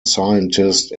scientist